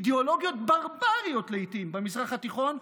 אידיאולוגיות ברבריות לעיתים במזרח התיכון,